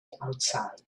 outside